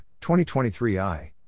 2023i